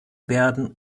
werden